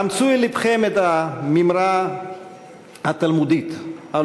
אמצו אל לבכם את המימרה התלמודית על